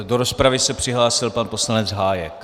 Do rozpravy se přihlásil pan poslanec Hájek.